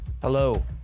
Hello